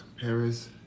Paris